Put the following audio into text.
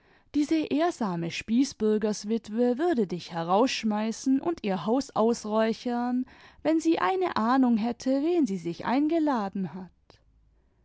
diese ehrsame spießbürgerswitwe würde dich herausschmeißen und ihr haus ausräuchern wenn sie eine ahnung hätte wen sie sich eingeladen hat